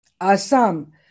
Assam